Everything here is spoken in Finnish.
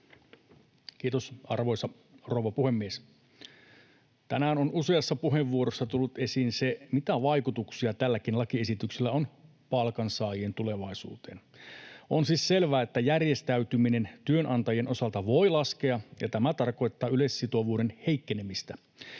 Kiitos, arvoisa rouva puhemies! Tänään on useassa puheenvuorossa tullut esiin se, mitä vaikutuksia tälläkin lakiesityksellä on palkansaajien tulevaisuuteen. On siis selvää, että järjestäytyminen työnantajien osalta voi laskea, ja tämä tarkoittaa yleissitovuuden heikkenemistä.